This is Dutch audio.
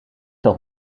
nog